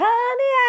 Honey